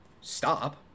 stop